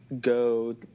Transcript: go